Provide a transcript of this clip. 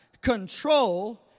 control